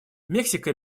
мексика